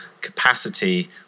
capacity